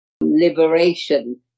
liberation